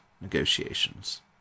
negotiations